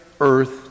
earth